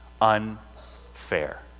unfair